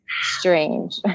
strange